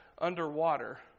underwater